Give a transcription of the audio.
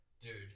Dude